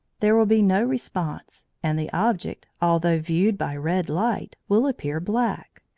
there will be no response, and the object, although viewed by red light, will appear black.